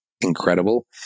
incredible